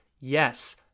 yes